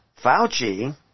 Fauci